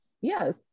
Yes